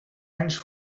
anys